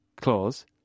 clause